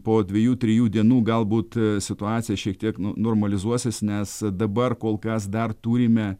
po dvejų trijų dienų galbūt situacija šiek tiek nu normalizuosis nes dabar kol kas dar turime